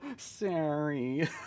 sorry